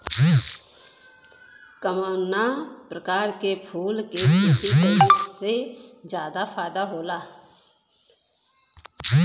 कवना प्रकार के फूल के खेती कइला से ज्यादा फायदा होला?